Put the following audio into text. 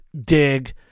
dig